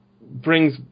brings